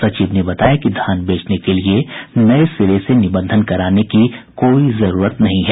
सचिव ने बताया कि धान बेचने के लिए नये सिरे से निबंधन कराने की कोई जरूरत नहीं है